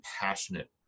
passionate